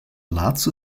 laatste